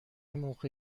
موقع